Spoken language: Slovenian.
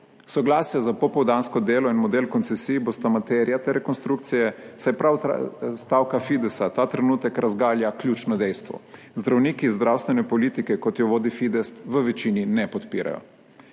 Soglasje za popoldansko delo in model koncesij bosta materija te rekonstrukcije, saj prav ta stavka Fidesa ta trenutek razgalja ključno dejstvo – zdravniki zdravstvene politike, kot jo vodi Fides, v večini ne podpirajo.